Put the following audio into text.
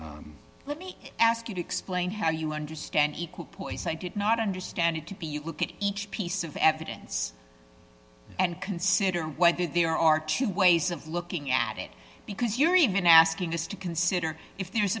officer let me ask you to explain how you understand poise i did not understand it to be you look at each piece of evidence and consider there are two ways of looking at it because you're even asking us to consider if there